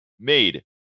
made